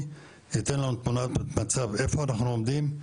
שייתן לנו תמונת מצב איפה אנחנו עומדים.